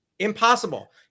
impossible